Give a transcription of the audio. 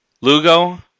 Lugo